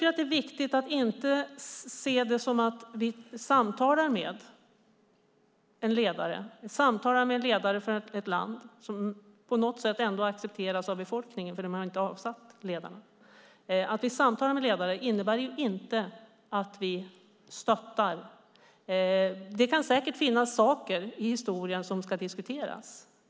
Att vi samtalar med en ledare för ett land, som på något sätt ändå accepteras av befolkningen eftersom man inte har avsatt ledaren, innebär inte att vi stöttar. Det är viktigt. Det kan säkert finnas saker i historien som ska diskuteras.